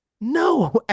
No